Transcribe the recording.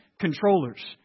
controllers